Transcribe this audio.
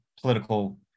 political